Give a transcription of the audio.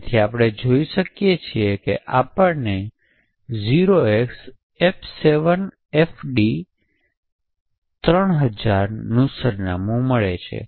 તેથી આપણે જોઈએ છીએ કે આપણને 0xF7FD3000 નું સરનામું મળે છે